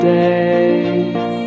days